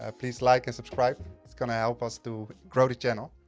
ah please like and subscribe. it's gonna help us to grow the channel.